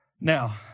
Now